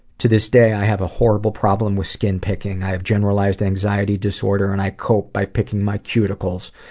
to this day, i have a horrible problem with skin-picking. i have generalized anxiety disorder, and i cope by picking my cuticles.